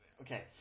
Okay